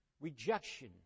rejection